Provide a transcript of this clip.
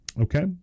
Okay